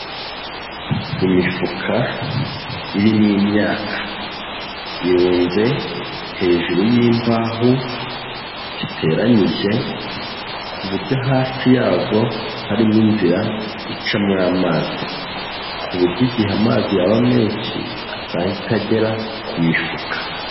Imifuka irimo imyaka, irunze hejuru y'imbaho ziteranyije ku buryo hasi yazo harimo inzira icamo amazi, ku buryo igihe amazi yaba menshi, atahita agera ku mifuka.